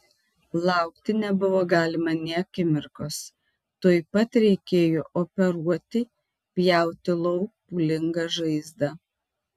laukti nebuvo galima nė akimirkos tuoj pat reikėjo operuoti pjauti lauk pūlingą žaizdą